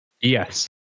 Yes